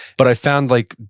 but i found like,